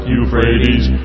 Euphrates